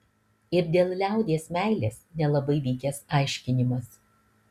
ir dėl liaudies meilės nelabai vykęs aiškinimas